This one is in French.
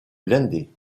blindé